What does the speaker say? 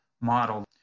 model